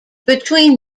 between